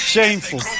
Shameful